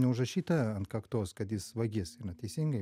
neužrašyta ant kaktos kad jis vagis na teisingai